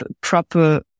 proper